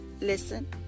listen